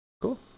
Cool